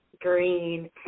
Green